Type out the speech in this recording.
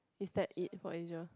is that it for Asia